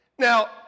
Now